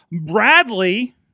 Bradley